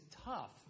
tough